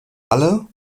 alle